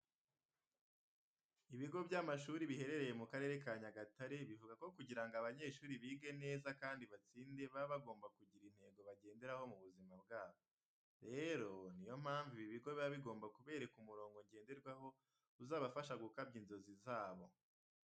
Ibigo by'amashuri biherereye mu Karere ka Nyagatare bivuga ko kugira ngo abanyeshuri bige neza kandi batsinde baba bagomba kugira intego bagenderaho mu buzima bwabo. Rero, ni yo mpamvu ibi bigo biba bigomba kubereka umurongo ngenderwaho uzabafasha gukabya inzozi zabo.